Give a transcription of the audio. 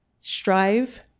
strive